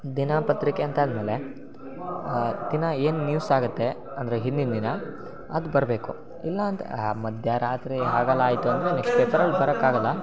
ದಿನಪತ್ರಿಕೆ ಅಂತಾದಮೇಲೆ ದಿನ ಏನು ನ್ಯೂಸ್ ಆಗುತ್ತೆ ಅಂದರೆ ಹಿಂದಿನ ದಿನ ಅದು ಬರಬೇಕು ಇಲ್ಲಾಂದ್ರೆ ಮಧ್ಯ ರಾತ್ರಿ ಹಾಗೆಲ್ಲ ಆಯಿತು ಅಂದರೆ ನೆಕ್ಸ್ಟ್ ಪೇಪರಲ್ಲಿ ಬರೋಕ್ಕಾಗಲ್ಲ